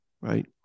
right